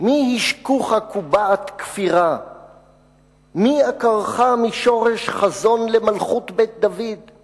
מי השקוך קובעת-כפירה?/ מי עקרך משורש-חזון למלכות בית-דוד?/